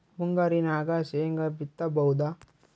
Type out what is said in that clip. ಮುಂಗಾರಿನಾಗ ಶೇಂಗಾ ಬಿತ್ತಬಹುದಾ?